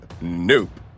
nope